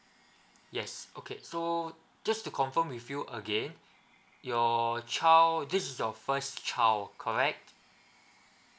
yes okay so just to confirm with you again your child this is your first child correct